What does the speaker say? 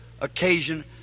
occasion